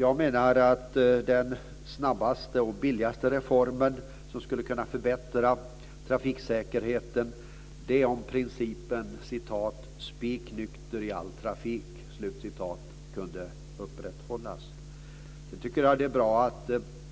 Jag menar att den snabbaste och billigaste reform som skulle kunna förbättra trafiksäkerheten är om principen "spiknykter i all trafik" kunde upprätthållas. Jag tycker att det är bra att